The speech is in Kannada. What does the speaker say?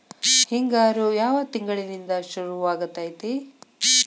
ಹಿಂಗಾರು ಯಾವ ತಿಂಗಳಿನಿಂದ ಶುರುವಾಗತೈತಿ?